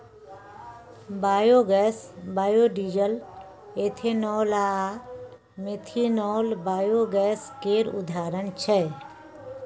biogas, biodiesel, ethanol आ methanol biogas केर उदाहरण छै